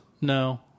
No